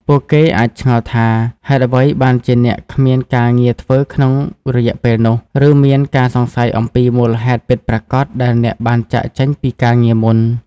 ពួកគេអាចឆ្ងល់ថាហេតុអ្វីបានជាអ្នកគ្មានការងារធ្វើក្នុងរយៈពេលនោះ ឬមានការសង្ស័យអំពីមូលហេតុពិតប្រាកដដែលអ្នកបានចាកចេញពីការងារមុន។